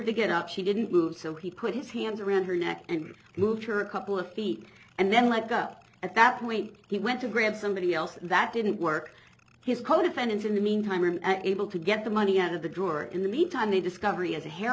to get up she didn't move so he put his hands around her neck and moved her a couple of feet and then like up at that point he went to grab somebody else that didn't work his co defendants in the meantime are able to get the money out of the drawer in the meantime the discovery as a hair